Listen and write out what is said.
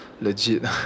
Legit